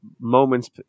moments